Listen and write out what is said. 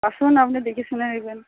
আসুন আপনি দেখে শুনে নিবেন